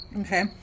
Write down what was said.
Okay